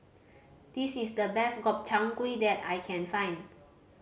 this is the best Gobchang Gui that I can find